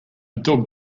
dog